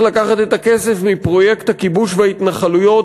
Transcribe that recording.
לקחת את הכסף מפרויקט הכיבוש וההתנחלויות,